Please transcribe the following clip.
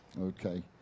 okay